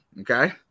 Okay